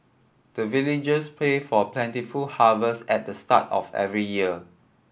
the villagers pray for plentiful harvest at the start of every year